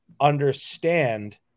understand